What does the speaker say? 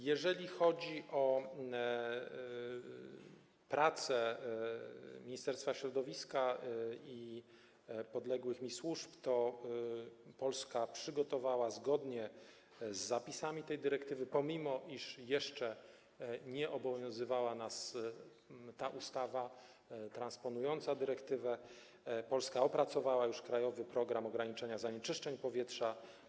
Jeżeli chodzi o pracę Ministerstwa Środowiska i podległych mi służb, to Polska zgodnie z zapisami tej dyrektywy, pomimo iż jeszcze nie obowiązywała nas ustawa transponująca dyrektywę, przygotowała, opracowała już „Krajowy program ograniczania zanieczyszczenia powietrza”